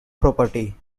property